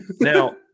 Now